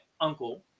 uncle